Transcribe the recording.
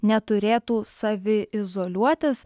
neturėtų saviizoliuotis